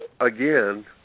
again